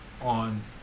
on